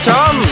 Tom